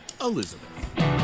Elizabeth